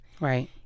Right